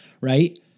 right